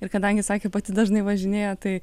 ir kadangi sakė pati dažnai važinėja tai